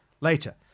later